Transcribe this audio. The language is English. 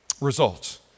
results